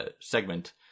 segment